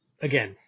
again